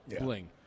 bling